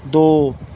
ਦੋ